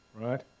right